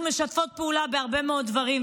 אנחנו משתפות פעולה בהרבה מאוד דברים,